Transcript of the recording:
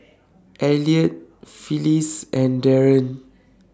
Eliot Phyllis and Darien